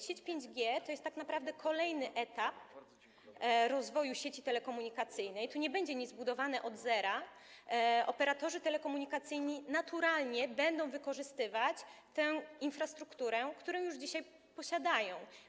Sieć 5G to jest tak naprawdę kolejny etap rozwoju sieci telekomunikacyjnej, tu nie będzie nic budowane od zera, operatorzy telekomunikacyjni naturalnie będą wykorzystywać tę infrastrukturę, którą już dzisiaj posiadają.